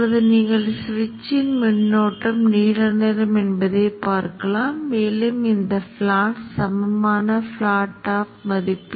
இது ஒரு மின்தூண்டி என்பது நிலையா அல்லது ஆற்றல் சேமிப்பு மாறி கூறுகளா எனப் பார்க்கவும் மின்னோட்டம் நிலை மாறி அது கிளை மின்னோட்டத்தையும் கொடுக்கும்